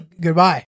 Goodbye